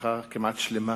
שכמעט משפחה שלמה